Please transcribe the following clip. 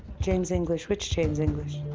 james english, which james english?